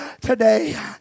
today